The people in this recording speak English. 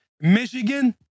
Michigan